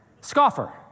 Scoffer